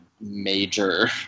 major